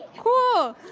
cool.